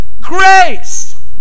grace